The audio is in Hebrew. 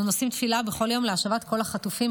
אנו נושאים תפילה בכל יום להשבת כל החטופים,